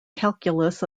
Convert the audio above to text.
calculus